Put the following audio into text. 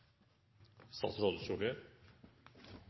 statsråd